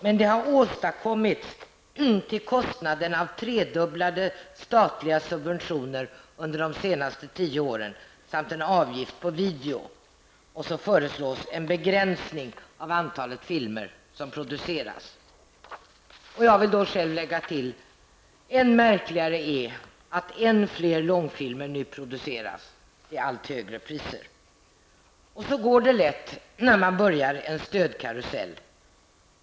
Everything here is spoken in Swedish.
Men det har åstadkommits till kostnaden av tredubblade statliga subventioner under de senaste tio åren samt en avgift på video.'' Och så föreslås en begränsning av antalet filmer som produceras. Jag vill då själv lägga till: Än märkligare är att än fler långfilmer nu produceras, till allt högre priser. Men så går det lätt, när man börjar en bidragskarusell.